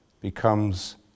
becomes